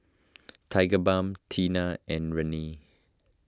Tigerbalm Tena and Rene